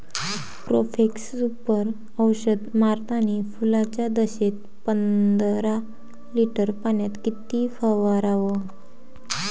Profex Super औषध मारतानी फुलाच्या दशेत पंदरा लिटर पाण्यात किती फवाराव?